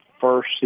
first